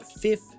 fifth